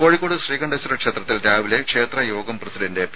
കോഴിക്കോട് ശ്രീകണ്ഠേശ്വര ക്ഷേത്രത്തിൽ രാവിലെ ക്ഷേത്രയോഗം പ്രസിഡന്റ് പി